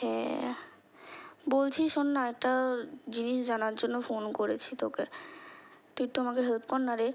হ্যাঁ বলছি শোন না একটা জিনিস জানার জন্য ফোন করেছি তোকে তুই একটু আমাকে হেল্প কর না রে